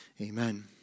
Amen